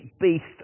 beast